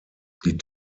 die